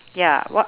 ya what